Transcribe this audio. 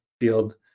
field